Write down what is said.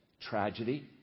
tragedy